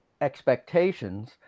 expectations